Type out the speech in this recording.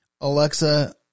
Alexa